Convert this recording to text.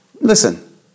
listen